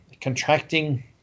contracting